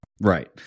Right